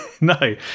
no